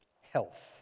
Health